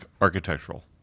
architectural